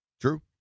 True